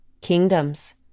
kingdoms